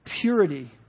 purity